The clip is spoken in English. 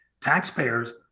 taxpayers